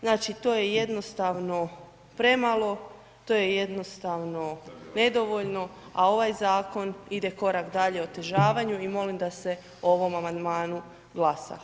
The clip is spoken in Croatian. Znači to je jednostavno premalo, to je jednostavno nedovoljno, a ovaj zakon ide korak dalje otežavanju i molim da se o ovom amandmanu glasa.